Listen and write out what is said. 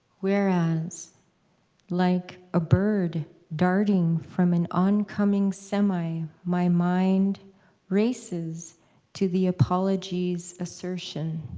whereas like a bird darting from an oncoming semi, my mind races to the apology's assertion.